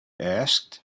asked